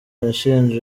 irashinja